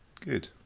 good